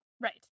Right